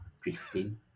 drifting